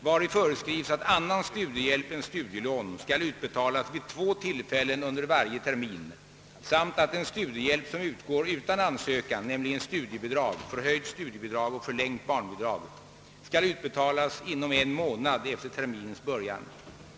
vari föreskrivs att annan studiehjälp än studielån skall utbetalas vid två tillfällen under varje termin samt att den studiehjälp som utgår utan ansökan, nämligen studiebidrag, förhöjt studiebidrag och förlängt barnbidrag, skall utbetalas inom en månad efter termins början.